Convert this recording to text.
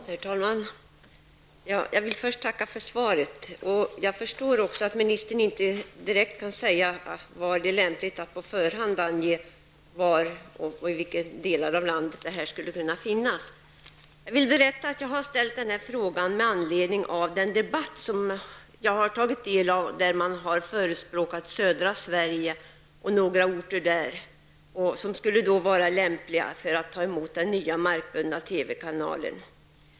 Herr talman! Jag vill först tacka för svaret. Jag förstår att ministern inte på förhand kan säga var i landet som det kan bli aktuellt med en placering. Jag ställer frågan med anledning av att jag deltog i en debatt där man förespråkade några orter i södra Sverige, orter som skulle vara lämpliga att ta emot den nya markbundna TV-kanalen.